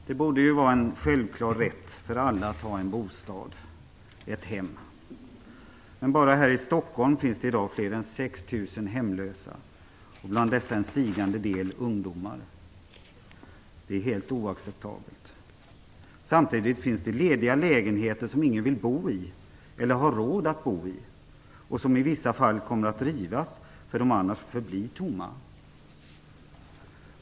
Herr talman! Det borde vara en självklarhet för alla att ha en bostad, ett hem. Men bara här i Stockholm finns i dag fler än 6 000 hemlösa. En stigande andel av dem är ungdomar. Det är helt oacceptabelt. Samtidigt finns det lediga lägenheter som ingen vill bo i eller som ingen har råd att bo i. I vissa fall kommer de att rivas, eftersom de annars förblir tomma.